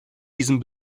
diesen